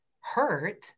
hurt